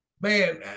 Man